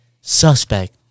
suspect